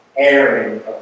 airing